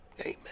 Amen